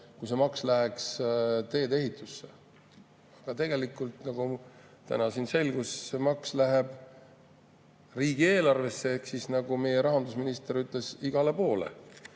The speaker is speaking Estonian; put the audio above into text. kui see maks läheks tee-ehitusse. Tegelikult, nagu täna selgus, see maks läheb riigieelarvesse ehk nagu meie rahandusminister on öelnud, et igale poole.